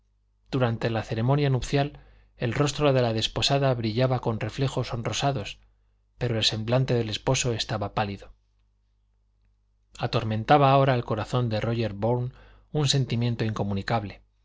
durante la ceremonia nupcial el rostro de la desposada brillaba con reflejos sonrosados pero el semblante del esposo estaba pálido atormentaba ahora el corazón de rubén bourne un sentimiento incomunicable